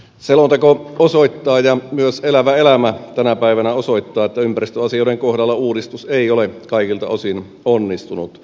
selonteko osoittaa ja myös elävä elämä tänä päivänä osoittaa että ympäristöasioiden kohdalla uudistus ei ole kaikilta osin onnistunut